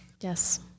Yes